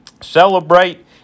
Celebrate